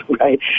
right